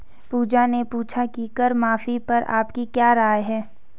पूजा ने पूछा कि कर माफी पर आपकी क्या राय है?